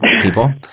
people